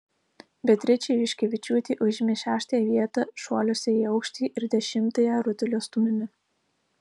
beatričė juškevičiūtė užėmė šeštąją vietą šuoliuose į aukštį ir dešimtąją rutulio stūmime